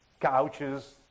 couches